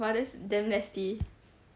ah that's damn nasty